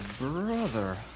brother